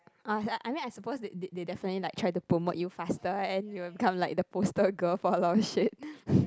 uh I mean I suppose they they definitely like try to promote you faster and you will become like the poster girl for a lot of shit